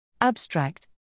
Abstract